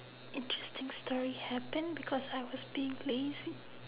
interesting story happen because I was being lazy